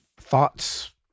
Thoughts